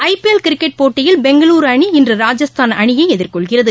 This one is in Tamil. ஐ பிஎல் கிரிக்கெட் போட்டியில் பெங்களுருஅணி இன்று ராஜஸ்தான் அணியைஎதிர்கொள்கிறது